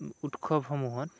উৎসৱসমূহত